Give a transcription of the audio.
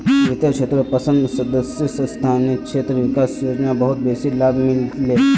वित्तेर क्षेत्रको संसद सदस्य स्थानीय क्षेत्र विकास योजना बहुत बेसी लाभ मिल ले